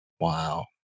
Wow